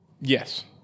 Yes